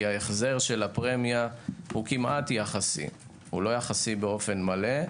ההחזר של הפרמיה הוא כמעט יחסי לא יחסי באופן מלא.